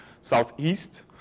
southeast